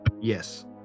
Yes